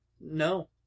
No